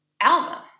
album